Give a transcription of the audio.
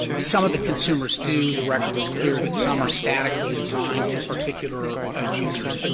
some of the consumers do. the record is clear that some are statically assigned to particular ah users. but